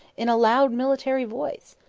in a loud military voice!